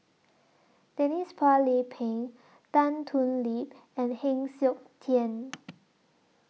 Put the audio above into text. Denise Phua Lay Peng Tan Thoon Lip and Heng Siok Tian